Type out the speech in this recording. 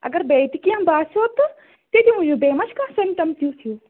اگر بیٚیہِ تہِ کینہہ باسیٚو تِہ تہِ ؤنو بیٚیہِ مہَ چھُ کانٛہہ سِمپٹَم تیُتھ ہیٚو